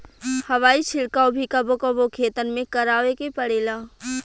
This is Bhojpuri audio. हवाई छिड़काव भी कबो कबो खेतन में करावे के पड़ेला